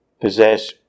possess